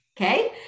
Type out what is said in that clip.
Okay